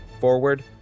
forward